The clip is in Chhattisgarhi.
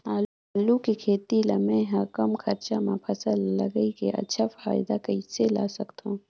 आलू के खेती ला मै ह कम खरचा मा फसल ला लगई के अच्छा फायदा कइसे ला सकथव?